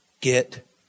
get